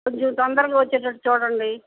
కొంచం తొందరగా వచ్చేటట్టు చూడండి